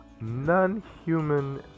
non-human